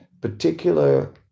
particular